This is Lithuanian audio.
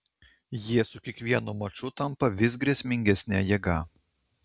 jie su kiekvienu maču tampa vis grėsmingesne jėga